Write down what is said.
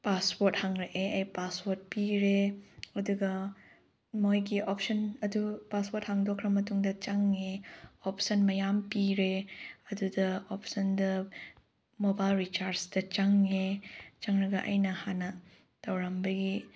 password ꯍꯪꯂꯜꯑꯦ ꯑꯩ password ꯄꯤꯔꯦ ꯑꯗꯨꯒ ꯃꯣꯏꯒꯤ ꯑꯣꯞꯁꯟ ꯑꯗꯨ ꯄꯥꯁꯋꯥꯔꯠ ꯍꯥꯡꯗꯣꯛꯈ꯭ꯔꯕ ꯃꯇꯨꯡꯗ ꯆꯪꯉꯦ ꯑꯣꯞꯁꯟ ꯃꯌꯥꯝ ꯄꯤꯔꯦ ꯑꯗꯨꯗ ꯑꯣꯞꯁꯅꯗ ꯃꯣꯕꯥꯏꯜ ꯔꯤꯆꯥꯔꯖꯇ ꯆꯪꯉꯦ ꯆꯪꯂꯒ ꯑꯩꯅ ꯍꯥꯟꯅ ꯇꯧꯔꯝꯕꯒꯤ